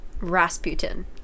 Rasputin